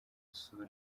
sura